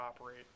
operate